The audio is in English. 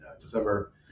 December